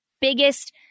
biggest